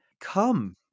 come